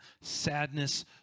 sadness